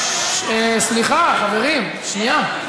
סליחה, חברים, שנייה.